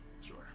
Sure